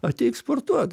ateik sportuot